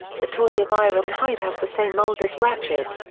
the toy of ironhide has the same mold as ratchet.